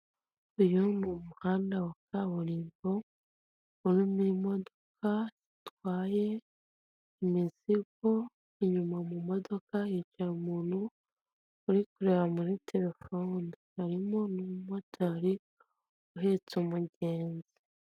Uyu ni umuhanda wa kaburimbo urimo imodoka itwaye imizigo, inyuma mu modoka hicara umuntu uri kureba muri telefone, harimo n'umumotari uhetse umugenzi.